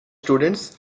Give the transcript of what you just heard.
students